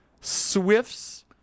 Swifts